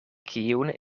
kiun